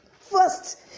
First